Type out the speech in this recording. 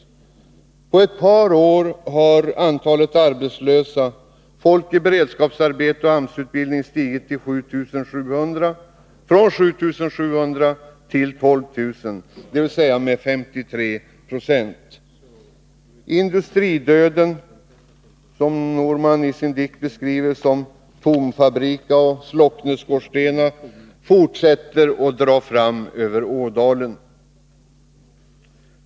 På ett par år har antalet arbetslösa, folk i beredskapsarbete och i AMS-utbildning stigit från 7 700 till 12 000, dvs. med 53 26. Industridöden — som Norman i sin dikt beskriver som tomfabrika och slockneskorstena — fortsätter att dra fram över Ådalen.